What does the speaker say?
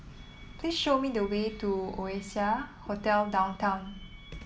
please show me the way to Oasia Hotel Downtown